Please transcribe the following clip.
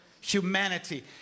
Humanity